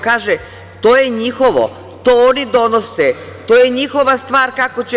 Kaže – to je njihovo, to oni donose, to je njihova stvar kako će.